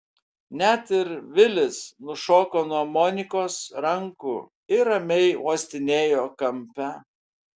net ir vilis nušoko nuo monikos rankų ir ramiai uostinėjo kampe